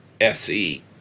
SE